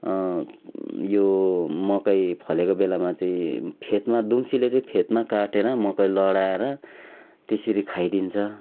यो मकै फलेको बेलामा चाहिँ फेदमा दुम्सीले चाहिँ फेदमा काटेर मकै लडाएर त्यसरी खाइदिन्छ